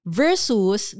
versus